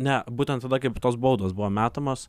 ne būtent tada kaip tos baudos buvo metamos